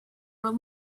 were